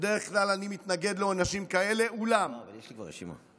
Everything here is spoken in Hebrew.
בדרך כלל אני מתנגד לעונשים כאלה, אולם במקום